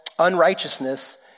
unrighteousness